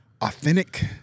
authentic